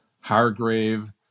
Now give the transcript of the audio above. Hargrave